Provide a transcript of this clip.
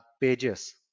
pages